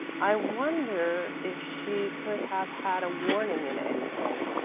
i wonder if she could have had a warning in anything.